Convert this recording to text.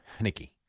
Nicky